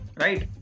Right